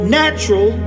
natural